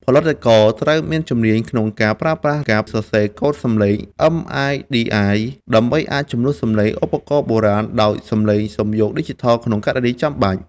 ផលិតករត្រូវមានជំនាញក្នុងការប្រើប្រាស់ ការសរសេរកូដសំឡេង MIDI ដើម្បីអាចជំនួសសំឡេងឧបករណ៍បុរាណដោយសំឡេងសំយោគឌីជីថលក្នុងករណីចាំបាច់។